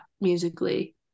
musically